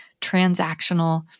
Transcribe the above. transactional